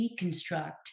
deconstruct